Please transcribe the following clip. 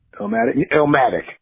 Elmatic